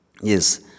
Yes